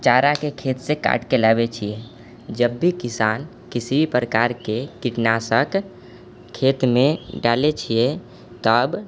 चाराके खेतसँ काटिके लाबै छिए जब भी किसान किसी प्रकारके कीटनाशक खेतमे डालै छिए तब